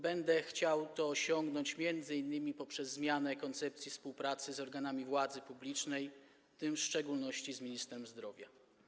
Będę chciał to osiągnąć m.in. poprzez zmianę koncepcji współpracy z organami władzy publicznej, w tym w szczególności z ministrem zdrowia.